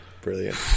brilliant